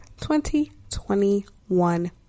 2021